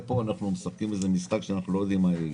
פה אנחנו משחקים משחק שאנחנו לא יודעים מה יהיה אתו.